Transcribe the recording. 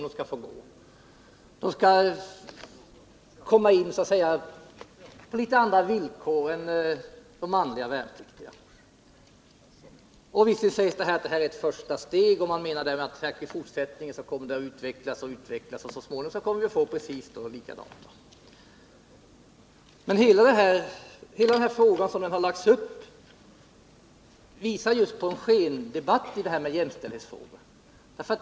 De skall komma in på andra villkor än de manliga värnpliktiga. Visserligen säger man att detta är ett första steg, och man menar därmed att utvecklingen kommer att gå mot precis lika villkor. Men hela uppläggningen av detta ärende visar skendebatten om jämställdhetsfrågorna.